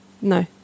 No